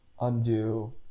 undo